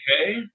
okay